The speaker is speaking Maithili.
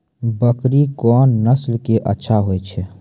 बकरी कोन नस्ल के अच्छा होय छै?